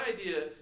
idea